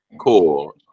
cool